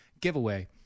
Giveaway